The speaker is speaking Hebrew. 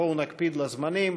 בואו נקפיד על הזמנים.